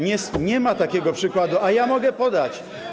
Nie ma takiego przykładu, a ja mogę podać.